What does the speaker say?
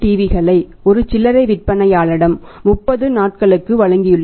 க்களை ஒரு சில்லறை விற்பனையாளரிடம் 30 நாட்களுக்கு வழங்கியுள்ளது